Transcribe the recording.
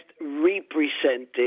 represented